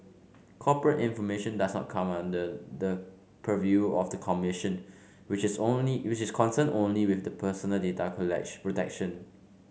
corporate information does not come under the purview of the commission which is only which is concerned only with personal data protection